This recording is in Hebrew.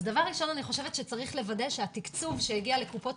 אז דבר ראשון אני חושבת שצריך לוודא שהתקצוב שהגיע לקופות